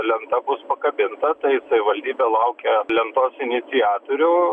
lenta bus pakabinta taip savivaldybė laukia lentos iniciatorių